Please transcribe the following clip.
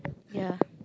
ya